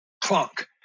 Clunk